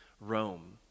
Rome